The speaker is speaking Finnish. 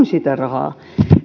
sitä rahaa